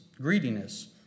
greediness